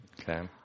Okay